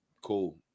cool